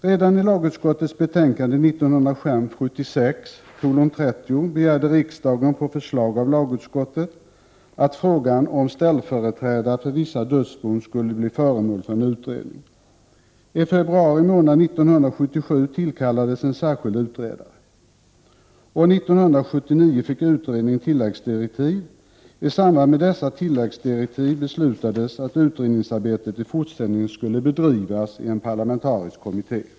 Redan i lagutskottets betänkande 1975/76:30 begärde riksdagen på förslag av lagutskottet att frågan om ställföreträdare för vissa dödsbon skulle bli föremål för en utredning. I februari månad 1977 tillkallades en särskild utredare. År 1979 fick utredaren tilläggsdirektiv. I samband med dessa tilläggsdirektiv beslutades att utredningsarbetet i fortsättningen skulle bedrivas i en parlamentarisk kommitté.